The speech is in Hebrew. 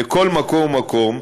לכל מקום ומקום,